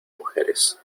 mujeres